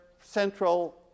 central